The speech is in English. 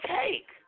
take